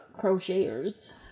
crocheters